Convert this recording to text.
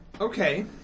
Okay